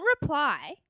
reply